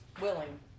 willing